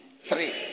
three